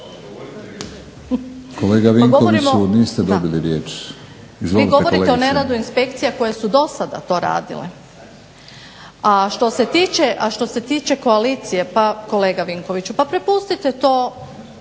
Kolega Vinkoviću, niste dobili riječ.